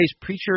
preacher